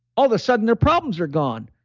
all of a sudden their problems are gone.